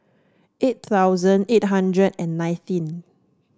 eight thousand eight hundred and nineteenth